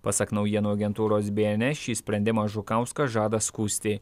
pasak naujienų agentūros bns šį sprendimą žukauskas žada skųsti